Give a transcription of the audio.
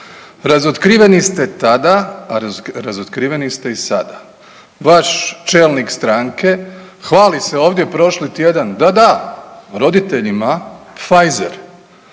Razotkriveni ste tada, a razotkriveni ste i sada. Vaš čelnik stranke hvali se ovdje prošli tjedan da, da, roditeljima Pfizer,